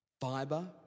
fiber